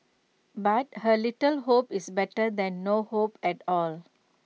but A little hope is better than no hope at all